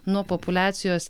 nuo populiacijos